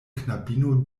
knabino